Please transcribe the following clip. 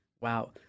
Wow